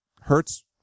hurts